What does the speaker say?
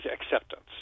acceptance